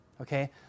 okay